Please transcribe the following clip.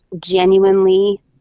genuinely